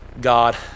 God